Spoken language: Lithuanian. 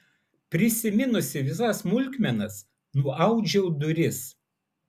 prisiminusi visas smulkmenas nuaudžiau duris